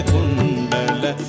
Kundala